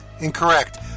Incorrect